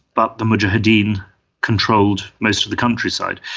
but the mujahedeen controlled most of the countryside.